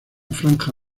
franja